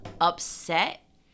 upset